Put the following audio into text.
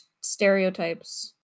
stereotypes